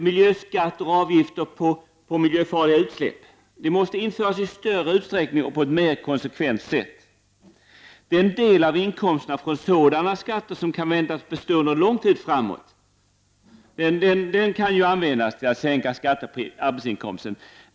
Miljöskatter och avgifter på miljöfarliga utsläpp måste också införas i större utsträckning och på ett mer konsekvent sätt. Den del av inkomsterna från sådana skatter som väntas bestå under lång tid framöver, kan användas till att sänka skatter på arbetsinkomster.